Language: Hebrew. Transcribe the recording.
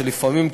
וכשלפעמים,